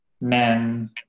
men